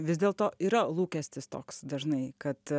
vis dėlto yra lūkestis toks dažnai kad